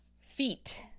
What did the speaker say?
feet